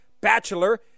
bachelor